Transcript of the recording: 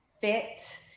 fit